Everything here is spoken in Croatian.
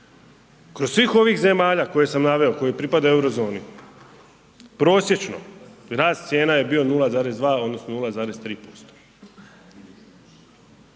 Kroz svih ovih zemalja koje sam naveo, koje pripadaju Eurozoni, prosječno rast cijena je bio 0,2 odnosno 0,3%.